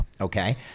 okay